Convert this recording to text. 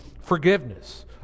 forgiveness